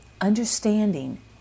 understanding